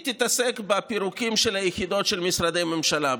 היא תתעסק בפירוקים של היחידות של משרדי הממשלה,